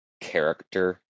character